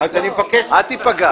אל תיפגע.